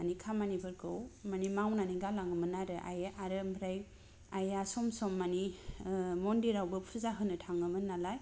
मानि खामानि फोरखौ मानि मावनानै गालांङोमोन आरो आइआ आरो आमफ्राय आइआ सम सम माने मन्दिरावबो फुजा होनो थांङोमोन नालाय